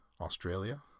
Australia